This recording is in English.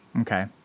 Okay